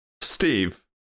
Steve